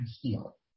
heal